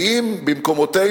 כי אם במקומותינו,